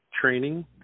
training